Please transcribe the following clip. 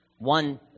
One